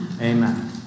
Amen